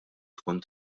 tkun